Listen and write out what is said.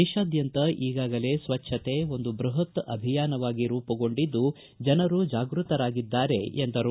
ದೇಶಾದ್ಯಂತ ಈಗಾಗಲೇ ಸ್ವಚ್ಛತೆ ಒಂದು ಬೃಹತ್ ಅಭಿಯಾನವಾಗಿ ರೂಪುಗೊಂಡಿದ್ದು ಜನರು ಜಾಗೃತರಾಗಿದ್ದಾರೆ ಎಂದರು